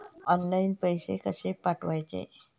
Online पैसे कशे पाठवचे?